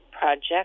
project